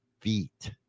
feet